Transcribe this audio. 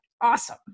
Awesome